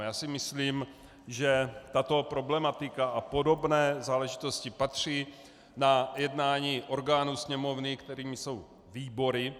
Já si myslím, že tato problematika a podobné záležitosti patří na jednání orgánů Sněmovny, kterými jsou výbory.